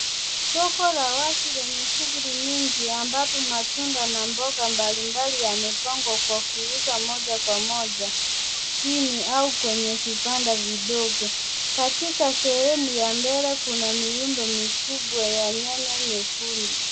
Soko la wazi lenye shughuli nyingi ambapo matunda na mboga mbalimbali yamepangwa kwa kuuza moja kwa moja chini au kwenye vibanda vidogo. Katika sehemu ya mbele kuna miundo mikubwa ya nyanya nyekundu.